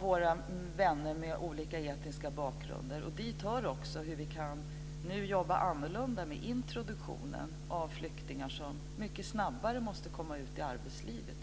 våra vänner med olika etniska bakgrunder. Dit hör också hur vi kan jobba annorlunda med introduktionen av flyktingar, som mycket snabbare måste komma ut i arbetslivet.